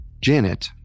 Janet